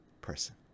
person